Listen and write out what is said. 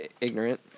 ignorant